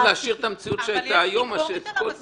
להשאיר את המציאות שהייתה היום מאשר כל זה.